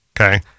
Okay